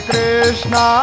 Krishna